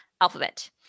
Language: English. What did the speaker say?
Alphabet